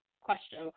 question